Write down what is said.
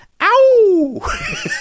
ow